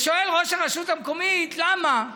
שואל ראש הרשות המקומית: למה?